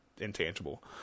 intangible